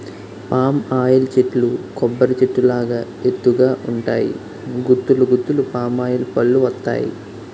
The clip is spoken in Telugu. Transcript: పామ్ ఆయిల్ చెట్లు కొబ్బరి చెట్టు లాగా ఎత్తు గ ఉంటాయి గుత్తులు గుత్తులు పామాయిల్ పల్లువత్తాయి